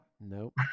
Nope